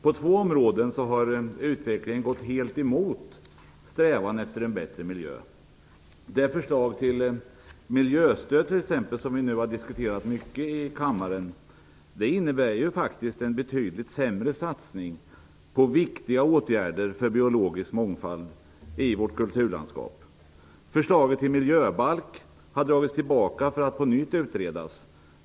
På två områden har utvecklingen gått helt emot strävandena efter en bättre miljö. Det förslag till miljöstöd som har diskuterats mycket i kammaren innebär faktiskt en betydligt sämre satsning på viktiga åtgärder för biologisk mångfald i vårt kulturlandskap. Förslaget till miljöbalk har dragits tillbaka för att på nytt utredas.